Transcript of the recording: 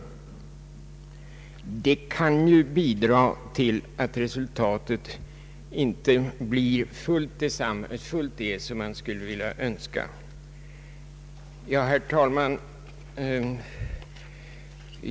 Det kan ju bidra till att resultatet inte helt blir det som man skulle önska. Herr talman!